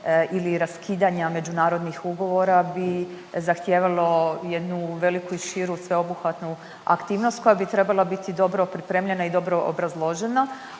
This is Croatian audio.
ili raskidanja međunarodnih ugovora bi zahtijevalo jednu veliku i širu sveobuhvatnu aktivnost koja bi trebala biti dobro pripremljena i dobro obrazložena,